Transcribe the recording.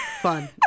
fun